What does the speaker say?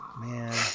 man